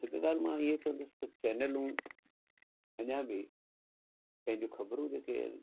हिकु ॻाल्हि मां इहो चवंदुसि त चैनलूं अञा बि पंहिंजूं ख़बरूं जेके आहिनि